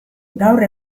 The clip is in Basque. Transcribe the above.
gaur